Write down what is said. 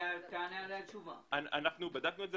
אנחנו בדקנו את זה